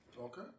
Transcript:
Okay